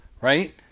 right